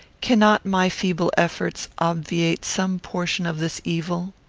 cannot my feeble efforts obviate some portion of this evil?